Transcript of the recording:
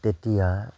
তেতিয়া